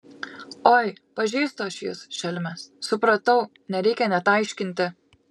oi pažįstu aš jus šelmes supratau nereikia net aiškinti